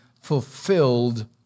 fulfilled